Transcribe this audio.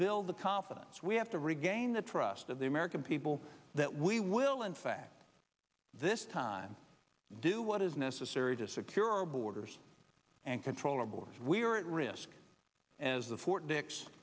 build the confidence we have to regain the trust of the american people that we will in fact this time do what is necessary to secure our borders and control our borders we are at risk as the fort dix